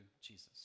Jesus